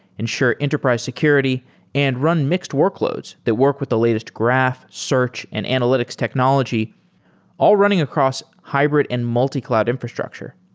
ensure enterprise security and run mixed workloads that work with the latest graph, search and analytics technology all running across hybrid and multi-cloud infrastructure.